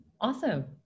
awesome